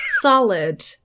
solid